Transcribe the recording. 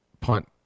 punt